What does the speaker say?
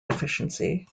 deficiency